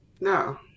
No